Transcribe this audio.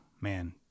man